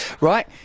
right